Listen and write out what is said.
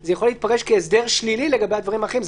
זה יכול להתפרש כהסדר שלילי לגבי הדברים האחרים.